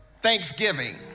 Thanksgiving